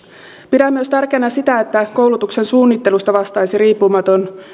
pidän myös tärkeänä sitä että koulutuksen suunnittelusta vastaisi riippumaton